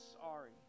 sorry